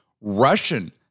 Russian